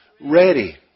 ready